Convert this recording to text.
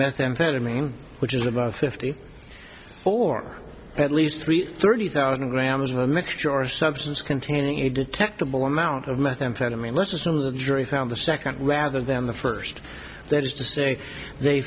methamphetamine which is about fifty four at least three thirty thousand grams of a mixture or a substance containing a detectable amount of methamphetamine let's assume the jury found the second rather than the first there is to say they